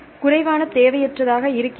குறைவான தேவையற்றதாக இருக்கிறது